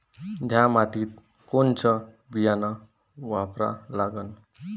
थ्या मातीत कोनचं बियानं वापरा लागन?